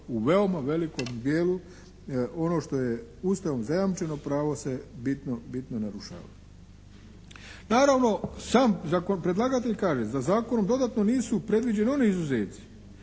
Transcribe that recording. u veoma velikom dijelu ono što je Ustavom zajamčeno pravo se bitno narušava. Naravno sam predlagatelj kaže da zakonom dodatno nisu predviđeni oni izuzeci